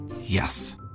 Yes